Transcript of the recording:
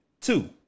Two